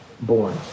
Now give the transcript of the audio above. born